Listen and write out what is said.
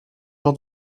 jean